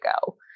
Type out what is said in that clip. go